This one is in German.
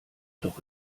doch